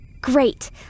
Great